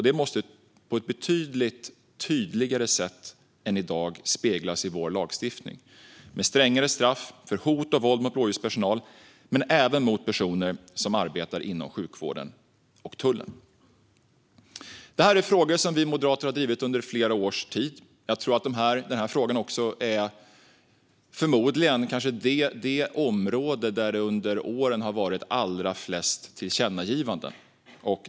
Detta måste på ett betydligt tydligare sätt än i dag speglas i vår lagstiftning med strängare straff för hot och våld mot blåljuspersonal men även mot personer som arbetar inom sjukvården och tullen. Detta är frågor som vi moderater har drivit under flera års tid. Det är förmodligen också det område där det under åren har kommit flest tillkännagivanden.